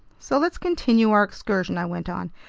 so let's continue our excursion, i went on,